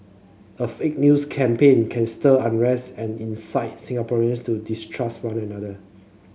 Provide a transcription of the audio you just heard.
a fake news campaign can stir unrest and incite Singaporeans to distrust one another